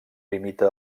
limita